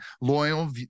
loyal